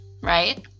Right